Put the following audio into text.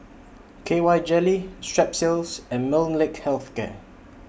K Y Jelly Strepsils and Molnylcke Health Care